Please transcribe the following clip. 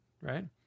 right